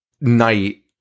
night